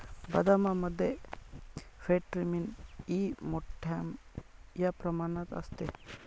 बदामामध्ये vitamin E मोठ्ठ्या प्रमाणात असते